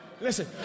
listen